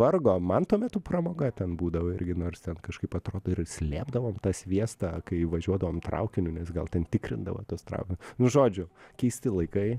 vargo man tuo metu pramoga ten būdavo irgi nors ten kažkaip atrodo ir slėpdavom tą sviestą kai važiuodavom traukiniu nes gal ten tikrindavo tuos traukinius nu žodžiu keisti laikai